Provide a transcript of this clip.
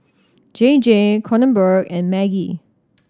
J J Kronenbourg and Maggi